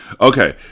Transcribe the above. okay